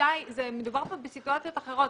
מדובר כאן בסיטואציות אחרות.